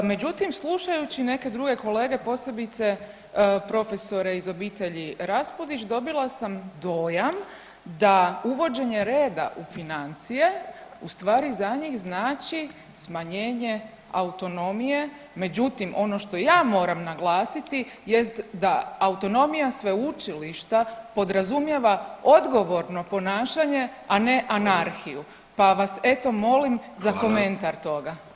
Međutim, slušajući neke druge kolege posebice profesore iz obitelji Raspudić dobila sam dojam da uvođenje reda u financije u stvari za njih znači smanjenje autonomije, međutim ono što ja moram naglasiti jest da autonomija sveučilišta podrazumijeva odgovorno ponašanje, a ne anarhiju, pa vas eto molim [[Upadica: Hvala.]] za komentar toga.